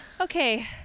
Okay